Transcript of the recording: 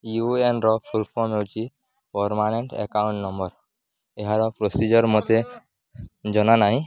ୟୁଏଏନ୍ର full form ହେଉଛି permanent account number ଏହାର procedure ମୋତେ ଜନା ନାଇଁ